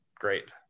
great